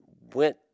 went